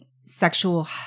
sexual